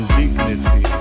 dignity